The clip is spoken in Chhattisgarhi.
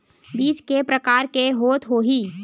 बीज के प्रकार के होत होही?